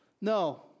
No